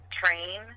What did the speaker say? train